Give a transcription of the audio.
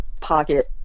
pocket